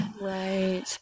Right